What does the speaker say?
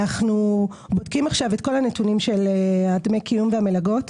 אנחנו בודקים עכשיו את כל הנתונים של דמי הקיום והמלגות.